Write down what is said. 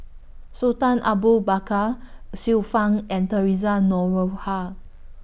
Sultan Abu Bakar Xiu Fang and Theresa Noronha